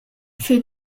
für